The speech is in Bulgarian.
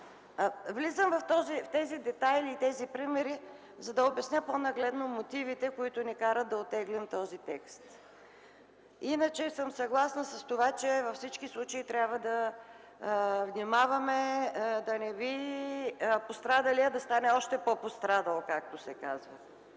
Влизам в тези детайли и примери, за да обясня по-нагледно мотивите, които ни карат да оттеглим този текст. Съгласна съм, че във всички случаи трябва да внимаваме да не би пострадалият да стане още по-пострадал, както се казва.